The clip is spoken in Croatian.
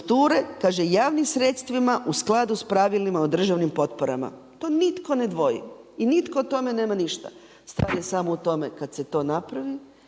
kaže „javnim sredstvima u skladu s pravilima o državnim potporama.“ To nitko ne dvoji. I nitko o tome nema ništa, stvar je samo u tome kad se to napravi